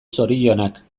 zorionak